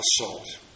assault